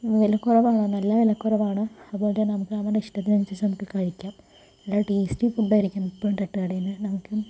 വിലക്കുറവാണ് നല്ല വിലക്കുറവാണ് അതുപോലതന്നെ നമുക്ക് നമ്മുടെ ഇഷ്ടത്തിനനുസരിച്ച് നമുക്ക് കഴിക്കാം നല്ല ടേസ്റ്റി ഫുഡായിരിക്കും എപ്പോഴും തട്ടുകടയിൽ നമുക്ക്